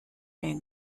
van